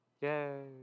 Yay